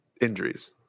injuries